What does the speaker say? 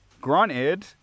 granted